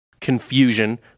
confusion